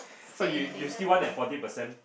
so you you still want that forty percent